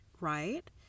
right